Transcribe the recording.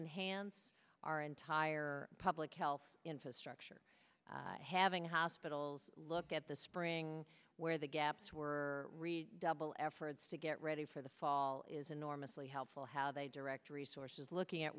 enhance our entire public health infrastructure having hospitals look at the spring where the gaps were really double efforts to get ready for the fall is enormously helpful how they direct resources looking at